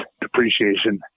depreciation